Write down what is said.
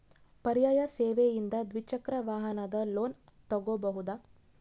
ಪರ್ಯಾಯ ಸೇವೆಯಿಂದ ದ್ವಿಚಕ್ರ ವಾಹನದ ಲೋನ್ ತಗೋಬಹುದಾ?